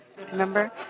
remember